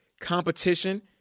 competition